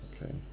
okay